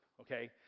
okay